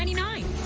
and nine